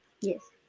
Yes